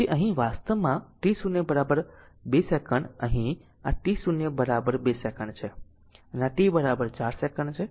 તેથી અહીં વાસ્તવમાં t0 2 સેકંડ અહીં આ t 0 બરાબર 2 સેકન્ડ છે અને આ t 4 સેકન્ડ છે